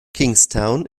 kingstown